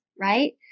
right